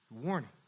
Warning